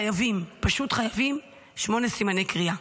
חייבים, פשוט חייבים, שמונה סימני קריאה.